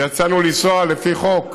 ויצאנו לנסוע, לפי חוק,